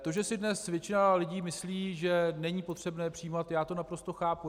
To, že si dnes většina lidí myslí, že není potřebné přijímat, já to naprosto chápu.